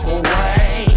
away